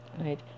right